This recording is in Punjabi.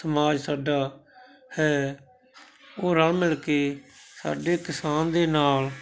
ਸਮਾਜ ਸਾਡਾ ਹੈ ਉਹ ਰਲ ਮਿਲਕੇ ਸਾਡੇ ਕਿਸਾਨ ਦੇ ਨਾਲ